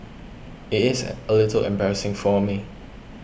it is a little embarrassing for me